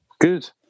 Good